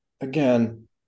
again